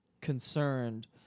concerned